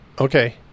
Okay